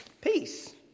Peace